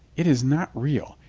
it is not real.